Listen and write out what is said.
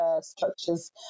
structures